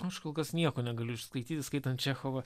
aš kol kas nieko negaliu išskaityt skaitant čechovą